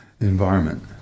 environment